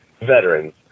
veterans